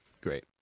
Great